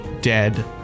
dead